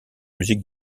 musique